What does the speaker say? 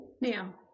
Now